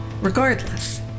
Regardless